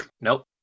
Nope